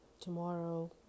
tomorrow